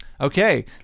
Okay